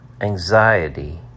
anxiety